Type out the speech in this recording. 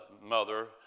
mother